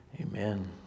Amen